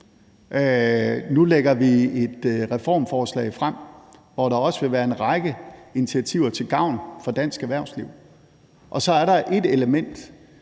Nu lægger vi et reformforslag frem, hvor der også vil være en række initiativer til gavn for dansk erhvervsliv, og så er der et element,